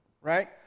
right